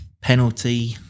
Penalty